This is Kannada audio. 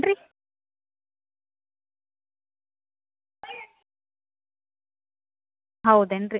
ಹ್ಞೂ ಮಾಡ್ತೀವಿ ನೀವು ಅಡ್ರೆಸ್ ಕೊಟ್ರಿ ನಾವು ಅಲ್ಲಿಗೆ ಡೆಲ್ವರ್ ಮಾಡ್ತೀವಿ ಬಟ್ ಏನೆಂದ್ರೆ ಅದು ಡೆಲ್ವ ಡೆಲ್ವರಿ ಡೆಲಿವರಿ ಚಾರ್ಜ್ ಬೀಳುತ್ತೆ ನಿಮ್ಗೆ